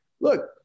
Look